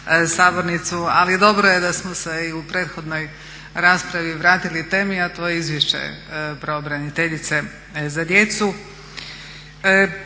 ali dobro je da smo se i u prethodnoj raspravi vratili temi a to je izvješće pravobraniteljice za djecu.